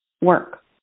work